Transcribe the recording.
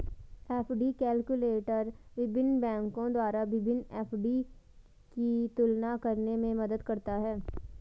FD calculator विभिन्न बैंकों द्वारा विभिन्न एफ.डी की तुलना करने में मदद करता है